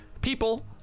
People